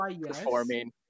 performing